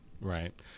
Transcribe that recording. Right